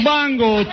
Bango